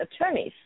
attorneys